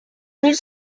mille